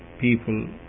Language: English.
people